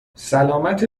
سلامت